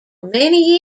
many